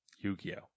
Yu-Gi-Oh